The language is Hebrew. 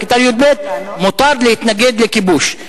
בכיתה י"ב: מותר להתנגד לכיבוש.